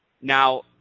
Now